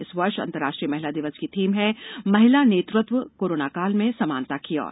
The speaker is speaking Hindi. इस वर्ष अंतर्राष्ट्रीय महिला दिवस की थीम है महिला नेतृत्वः कोरोनाकाल में समानता की ओर